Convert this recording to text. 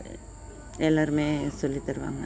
எல்லாருமே சொல்லித் தருவாங்க